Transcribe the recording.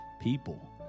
people